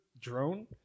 drone